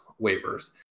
waivers